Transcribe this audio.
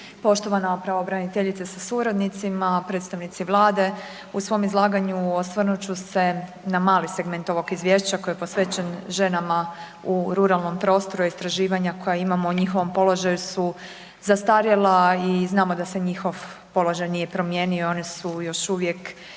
poštovana pravobraniteljice sa suradnicima, predstavnici vlade. U svom izlaganju osvrnut ću se na mali segment ovog izvješća koji je posvećen ženama u ruralnom prostoru, a istraživanja koja imamo o njihovom položaju su zastarjela i znamo da se njihov položaj nije promijenio, one su …… još uvijek